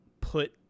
put